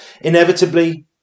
Inevitably